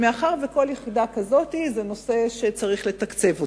מאחר שכל יחידה כזאת זה נושא שצריך לתקצב אותו.